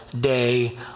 Day